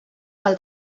pel